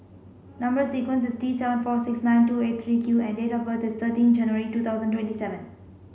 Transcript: number sequence is T seven four six nine two eight three Q and date of birth is thirteen January two thousand twenty seven